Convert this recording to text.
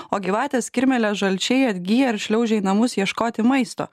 o gyvatės kirmėlės žalčiai atgyja ir šliaužia į namus ieškoti maisto